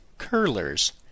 Curlers